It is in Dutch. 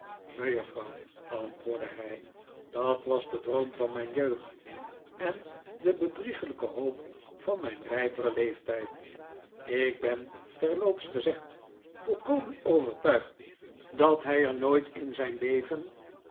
mejuffrouw antwoordde hij dat was de droom van mijn jeugd en de bedrieglijke hoop van mijn rijperen leeftijd ik ben terloops gezegd volkomen overtuigd dat hij er nooit in zijn leven